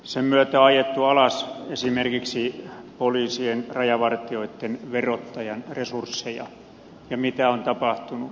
sen myötä on ajettu alas esimerkiksi poliisien rajavartijoitten verottajan resursseja ja mitä on tapahtunut